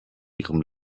ihrem